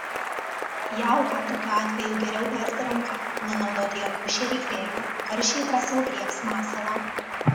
jauką tokiu atveju geriau berti ranka nenaudoti jokių šėryklėlių karšiai drąsiau griebs masalą